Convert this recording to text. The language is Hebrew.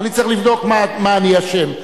אני צריך לבדוק מה אני אשם.